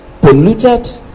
polluted